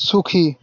সুখী